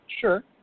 sure